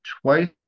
twice